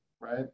right